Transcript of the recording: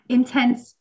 intense